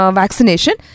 vaccination